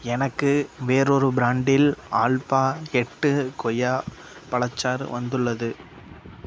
எனக்கு வேறொரு பிராண்டில் ஆல்ஃபா எட்டு கொய்யா பழச்சாறு வந்துள்ளது